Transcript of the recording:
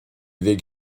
bheidh